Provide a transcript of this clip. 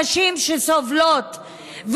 נשים שסובלות,